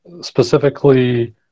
specifically